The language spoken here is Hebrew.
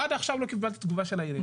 עד עכשיו לא קיבלתי תשובה מהעירייה.